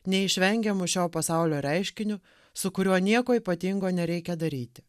neišvengiamu šio pasaulio reiškiniu su kuriuo nieko ypatingo nereikia daryti